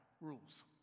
rules